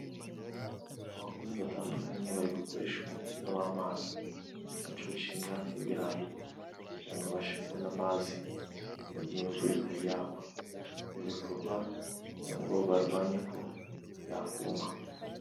Abakozi batandukanye ,bari gukoresha umupira w'amazi ,bacucira imyaka y'ibirayi, kugira ibashe kubona amazi mu gihe imvura itari yagwa ,bi bikorwa kugira ngo barwanye ko yakuma.